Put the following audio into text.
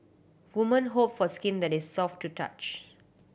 woman hope for skin that is soft to touch